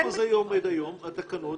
איפה זה עומד היום, התקנות?